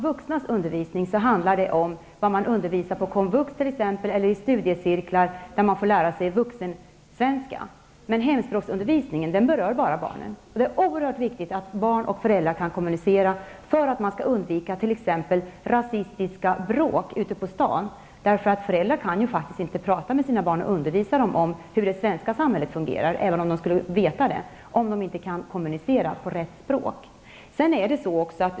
Vuxnas undervisning handlar om undervisningen på komvux eller i studiecirklar, där man får lära sig vuxensvenska. Det är oerhört viktigt att barn och föräldrar kan kommunicera för att man skall undvika t.ex. rasistiska bråk ute på stan. Kan föräldrarna inte kommunicera med sina barn på rätt språk, kan de faktiskt inte prata med sina barn och undervisa dem om hur det svenska samhället fungerar, även om de skulle veta det.